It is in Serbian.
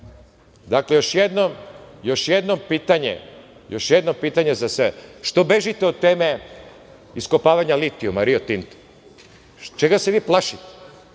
još jedno pitanje za sve – što bežite od teme iskopavanja litijuma „Rio Tinta“? Čega se vi plašite?